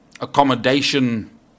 accommodation